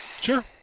Sure